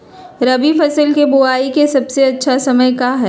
रबी फसल के बुआई के सबसे अच्छा समय का हई?